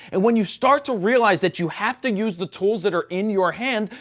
and when you start to realize that you have to use the tools that are in your hand,